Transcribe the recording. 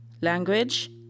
language